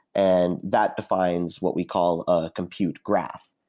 and that defines what we call a compute graph,